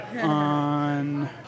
on